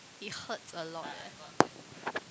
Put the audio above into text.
it hurts a lot leh